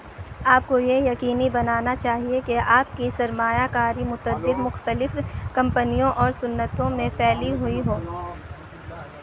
آپ کو یہ یقینی بنانا چاہیے کہ آپ کی سرمایہ کاری متعدد مختلف کمپنیوں اور سنتوں میں پھیلی ہوئی ہو